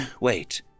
Wait